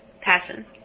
Passion